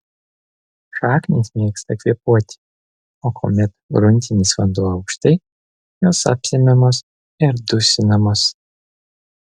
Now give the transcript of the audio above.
šaknys mėgsta kvėpuoti o kuomet gruntinis vanduo aukštai jos apsemiamos ir dusinamos